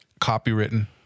Copywritten